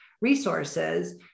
resources